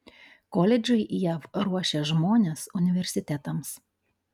koledžai jav ruošia žmones universitetams